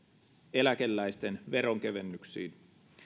eläkeläisten veronkevennyksiin